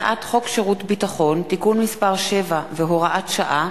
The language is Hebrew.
הצעת חוק שירות ביטחון (תיקון מס' 7 והוראת שעה)